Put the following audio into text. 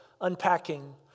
unpacking